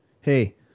Hey